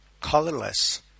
colorless